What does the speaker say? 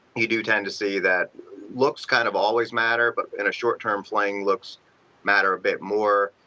you do tend to see that looks kind of always matter but in a short-term fling looks matter a bit more,